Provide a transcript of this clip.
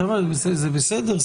חבר'ה, זה בסדר.